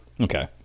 Okay